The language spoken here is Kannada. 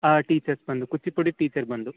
ಆ ಟೀಚರ್ಸ್ ಬಂದು ಕೂಚಿಪುಡಿ ಟೀಚರ್ ಬಂದು